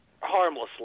harmlessly